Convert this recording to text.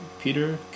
Peter